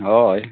ᱦᱳᱭ